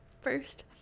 first